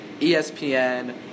ESPN